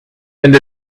and